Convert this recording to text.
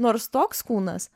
nors toks kūnas